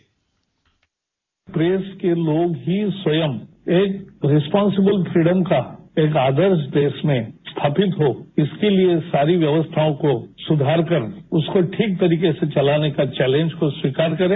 bite प्रेस के लोग ही स्वयं एक रिस्पांसिबल फ्रीडम का एक आदर्श देश में स्थापित हो इसके लिए सारी व्यवस्थाओं को सुधार कर उसको ठीक तरीके से चलाने का चौलेंज को स्वीकार करे